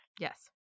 yes